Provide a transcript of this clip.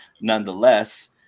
nonetheless